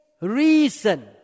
reason